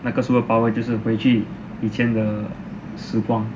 那个 superpower 就是回去以前的时光